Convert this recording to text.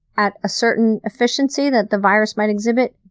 at a certain efficiency that the virus might exhibit,